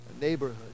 neighborhood